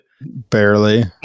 barely